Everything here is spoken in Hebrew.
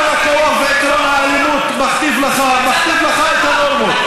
עקרון הכוח ועקרון האלימות מכתיבים לך את הנורמות.